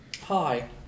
Hi